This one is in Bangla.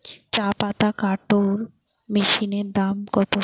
চাপাতা কাটর মেশিনের দাম কত?